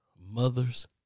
mothers